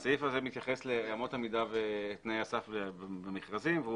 הסעיף הזה מתייחס לאמות המידה ותנאי הסף במכרזים והוא